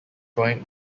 joined